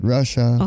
Russia